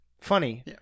funny